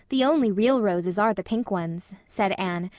the only real roses are the pink ones, said anne,